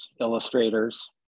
illustrators